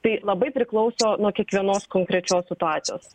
tai labai priklauso nuo kiekvienos konkrečios situacijos